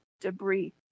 debris